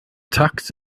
tux